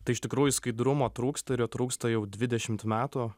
tai iš tikrųjų skaidrumo trūksta ir jo trūksta jau dvidešimt metų